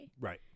Right